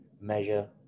measure